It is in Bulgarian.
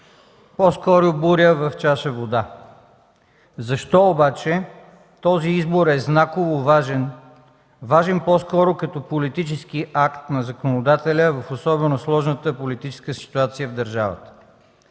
по-скоро е буря в чаша вода. Защо обаче този избор е знаково важен, важен по-скоро като политически акт на законодателя в особено сложната политическа ситуация в държавата?